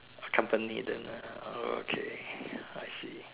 accompany then uh okay I see